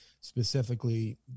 specifically